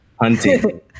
Hunting